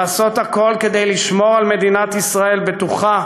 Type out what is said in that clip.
לעשות הכול כדי לשמור על מדינת ישראל בטוחה